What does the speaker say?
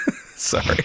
sorry